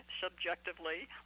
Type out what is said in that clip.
subjectively